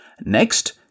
Next